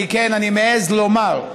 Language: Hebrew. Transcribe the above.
כן, אני מעז לומר.